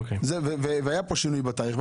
והיה פה שינוי בתאריך,